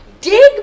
dig